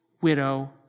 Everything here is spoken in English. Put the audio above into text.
widow